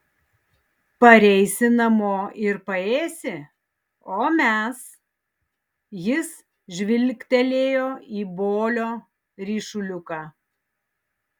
pareisi namo ir paėsi o mes jis žvilgtelėjo į bolio ryšuliuką